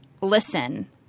Listen